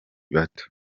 bato